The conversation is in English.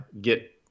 get